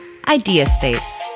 Ideaspace